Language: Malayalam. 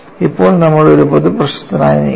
ഇപ്പോൾ നമ്മൾ ഒരു പൊതു പ്രശ്നത്തിനായി നീങ്ങും